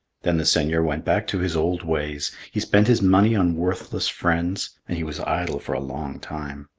then the seigneur went back to his old ways. he spent his money on worthless friends, and he was idle for a long time.